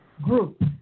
group